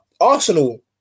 Arsenal